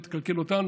לא תקלקל אותנו.